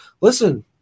listen